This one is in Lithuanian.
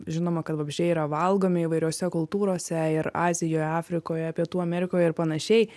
žinoma kad vabzdžiai yra valgomi įvairiose kultūrose ir azijoj afrikoje pietų amerikoje ir panašiai